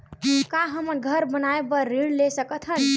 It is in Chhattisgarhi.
का हमन घर बनाए बार ऋण ले सकत हन?